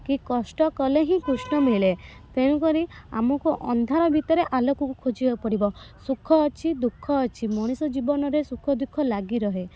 କି କଷ୍ଟ କଲେ ହିଁ କୃଷ୍ଣ ମିଳେ ତେଣୁକରି ଆମକୁ ଅନ୍ଧାର ଭିତରେ ଆଲୋକକୁ ଖୋଜିବାକୁ ପଡ଼ିବ ସୁଖ ଅଛି ଦୁଃଖ ଅଛି ମଣିଷ ଜୀବନରେ ସୁଖ ଦୁଃଖ ଲାଗିରହେ